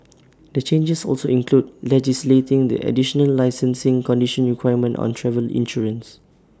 the changes also include legislating the additional licensing condition requirement on travel insurance